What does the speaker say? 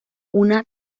una